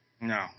No